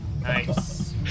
Nice